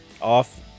off